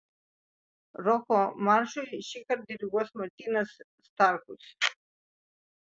roko maršui šįkart diriguos martynas starkus